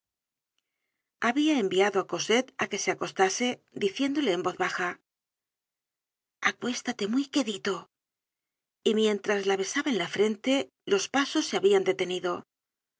habia enviado á cosette á que se acostase diciéndole en voz baja acuéstate muy quedito y mientras la besaba en la frente los pasos se habían detenido